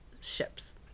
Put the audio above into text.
ships